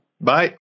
Bye